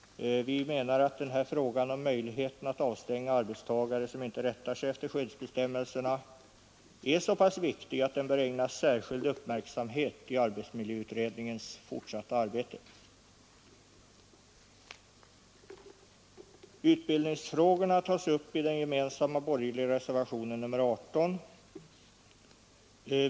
Vi menar att den här frågan om möjligheten att avstänga arbetstagare som inte rättar sig efter skyddsbestämmelserna är så pass viktig att den bör ägnas särskild uppmärksamhet i arbetsmiljöutredningens fortsatta arbete. Utbildningsfrågorna tas upp i den gemensamma borgerliga reservationen nr 18.